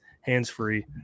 hands-free